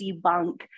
debunk